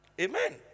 Amen